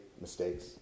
mistakes